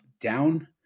down